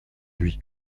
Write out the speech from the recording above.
lui